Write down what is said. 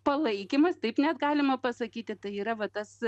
palaikymas taip net galima pasakyti tai yra vat tas